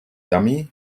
dummy